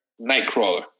nightcrawler